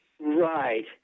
Right